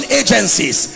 agencies